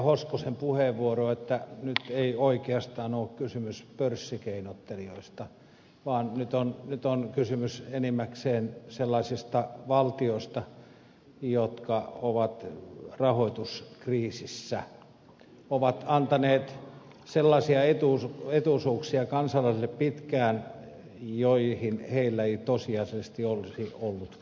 hoskosen puheenvuoroon että nyt ei oikeastaan ole kysymys pörssikeinottelijoista vaan nyt on kysymys enimmäkseen sellaisista valtioista jotka ovat rahoituskriisissä ovat antaneet sellaisia etuisuuksia kansalaisille pitkään joihin niillä ei tosiasiallisesti olisi ollut varaa